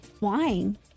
wine